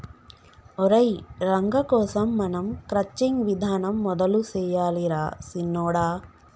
ఒరై రంగ కోసం మనం క్రచ్చింగ్ విధానం మొదలు సెయ్యాలి రా సిన్నొడా